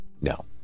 No